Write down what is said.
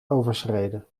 overschreden